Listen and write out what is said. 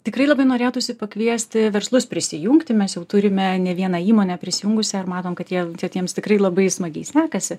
tikrai labai norėtųsi pakviesti verslus prisijungti mes jau turime ne vieną įmonę prisijungusią ir matom kad jie tie tiems tikrai labai smagiai sekasi